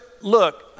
look